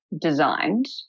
designed